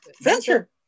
Venture